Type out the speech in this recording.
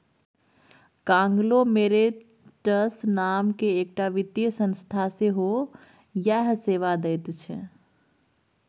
conglomerates नामकेँ एकटा वित्तीय संस्था सेहो इएह सेवा दैत छै